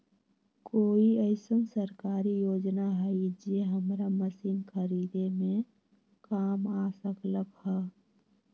कोइ अईसन सरकारी योजना हई जे हमरा मशीन खरीदे में काम आ सकलक ह?